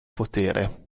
potere